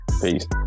Peace